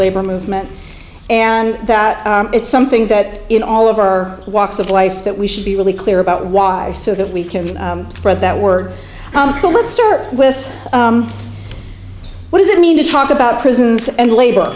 labor movement and that it's something that in all of our walks of life that we should be really clear about why so that we can spread that work so let's start with what does it mean to talk about prisons and labor